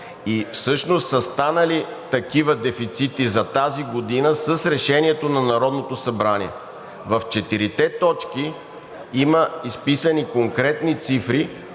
и всъщност са станали такива дефицити за тази година с Решението на Народното събрание. В четирите точки има изписани конкретни цифри,